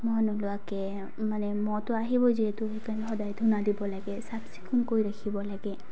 মহ নোলোৱাকৈ মানে মহটো আহিব যিহেতু সেইকাৰণে সদায় ধূনা দিব লাগে চাফ চিকুণ কৰি ৰাখিব লাগে